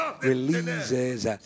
releases